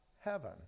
heaven